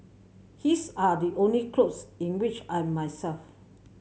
his are the only clothes in which I'm myself